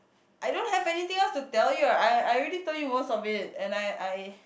I don't have anything else to tell you I I already told you most of it and I I